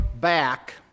back